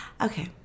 Okay